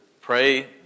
pray